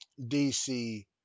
DC